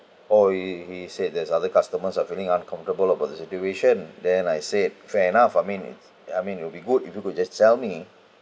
oh he he said there's other customers are feeling uncomfortable about the situation then I said fair enough I mean uh I mean it'll be good if you could just tell me